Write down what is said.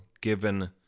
given